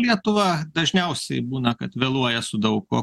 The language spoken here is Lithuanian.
lietuva dažniausiai būna kad vėluoja su daug kuo